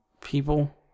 people